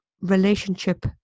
relationship